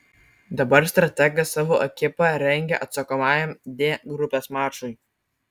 dabar strategas savo ekipą rengia atsakomajam d grupės mačui